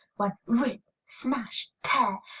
when rip smash tear!